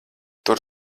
tur